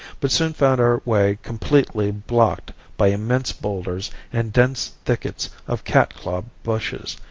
but soon found our way completely blocked by immense boulders and dense thickets of cat-claw bushes,